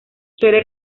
suele